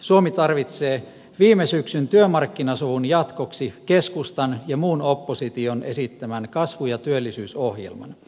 suomi tarvitsee viime syksyn työmarkkinasovun jatkoksi keskustan ja muun opposition esittämän kasvu ja työllisyysohjelman